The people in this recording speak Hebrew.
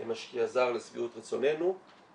משקיע זר לשביעות רצוננו,